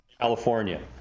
California